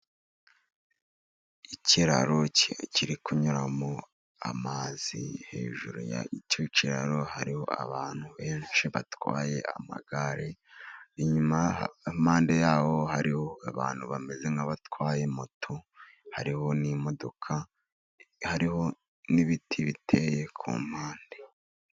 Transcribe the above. Ikiraro kiri kunyuramo amazi, hejuru y'icyo kiraro hariho abantu benshi batwaye amagare. Inyuma impande y'aho hariho abantu bameze nk'abatwaye moto, hariho n'imodoka, hariho n'ibiti biteye ku mpande.